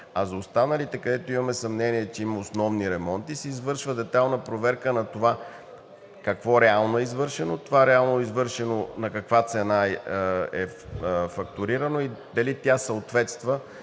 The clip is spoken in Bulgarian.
А за останалите, където имаме съмнение, че има основни ремонти, се извършва детайлна проверка на това какво реално е извършено, това реално извършено на каква цена е фактурирано и дали тя съответства